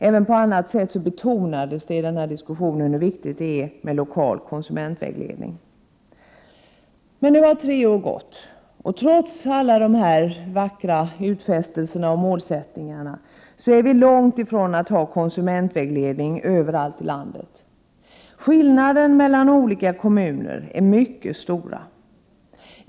Även på annat sätt betonades hur viktigt det är med lokal konsumentvägledning. Nu har tre år gått, och trots alla dessa vackra utfästelser och målsättningar är vi långt ifrån att ha konsumentvägledning överallt i landet. Skillnaderna mellan olika kommuner är mycket stora.